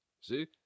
See